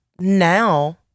Now